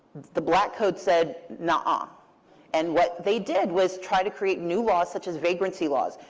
the black code said, nuh-uh. um and what they did was try to create new laws, such as vagrancy laws.